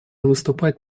выступать